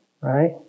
right